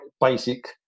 basic